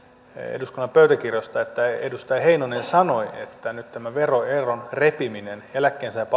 eduskunnan pöytäkirjoista että edustaja heinonen sanoi että tämä veroeron repiminen eläkkeensaajan